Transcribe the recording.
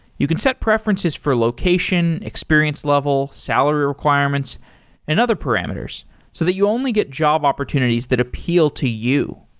you can set preferences for location, experience level, salary requirements and other parameters so that you only get job opportunities that appeal to you.